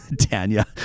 Tanya